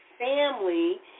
family